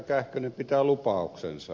kähkönen pitää lupauksensa